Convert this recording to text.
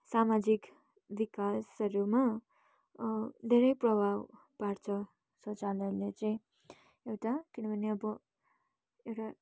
सामाजिक विकासहरूमा धेरै प्रभाव पार्छ शौचालयले चाहिँ एउटा किनभने अब र